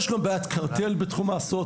יש גם בעיית קרטל בתחום ההסעות,